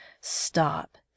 Stop